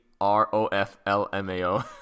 r-o-f-l-m-a-o